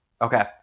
Okay